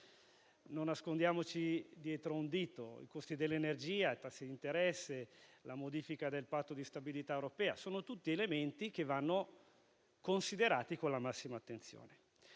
Non nascondiamoci dietro a un dito: i costi dell'energia, i tassi di interesse, la modifica del Patto di stabilità europeo sono tutti elementi che vanno considerati con la massima attenzione.